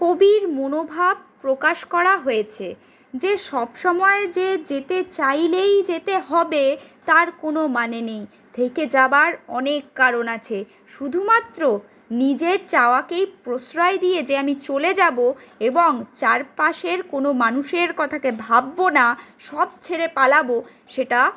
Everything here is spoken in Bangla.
কবির মনোভাব প্রকাশ করা হয়েছে যে সব সময় যে যেতে চাইলেই যেতে হবে তার কোনো মানে নেই থেকে যাবার অনেক কারণ আছে শুধুমাত্র নিজের চাওয়াকেই প্রশ্রয় দিয়ে যে আমি চলে যাব এবং চারপাশের কোনো মানুষের কথাকে ভাববো না সব ছেড়ে পালাবো সেটা